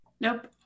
nope